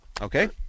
okay